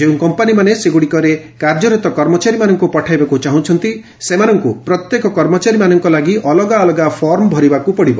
ଯେଉଁ କମ୍ପାନୀମାନେ ସେଗୁଡ଼ିକରେ କାର୍ଯ୍ୟରତ କର୍ମଚାରୀମାନଙ୍କୁ ପଠାଇବାକୁ ଚାହୁଁଛନ୍ତି ସେମାନଙ୍କୁ ପ୍ରତ୍ୟେକ କର୍ମଚାରୀମାନଙ୍କ ଲାଗି ଅଲଗା ଅଲଗା ଫର୍ମ ଭରିବାକୁ ପଡିବ